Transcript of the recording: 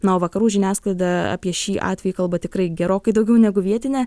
na o vakarų žiniasklaida apie šį atvejį kalba tikrai gerokai daugiau negu vietinė